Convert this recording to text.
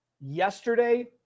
yesterday